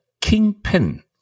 kingpin